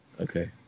Okay